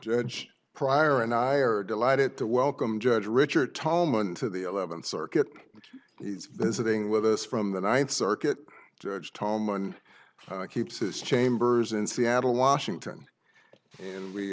judge pryor and i are delighted to welcome judge richard tolman to the eleventh circuit it's visiting with us from the ninth circuit judge home and keeps his chambers in seattle washington and we